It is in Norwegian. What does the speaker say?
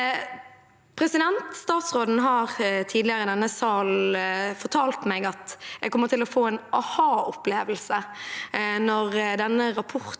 kraft. Statsråden har tidligere i denne sal fortalt meg at jeg kommer til å få en aha-opplevelse når denne rapporten